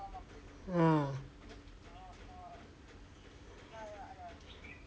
ah